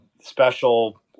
special